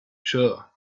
sure